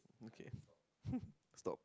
okay stop